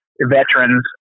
veterans